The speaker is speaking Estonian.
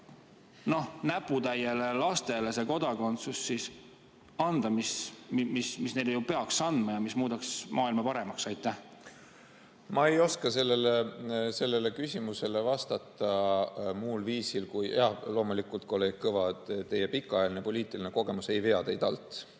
näputäiele lastele kodakondsus antaks? Selle ju peaks neile andma, see muudaks maailma paremaks. Ma ei oska sellele küsimusele vastata muul viisil, kui jaa, loomulikult, kolleeg Kõva, teie pikaajaline poliitiline kogemus ei vea teid alt.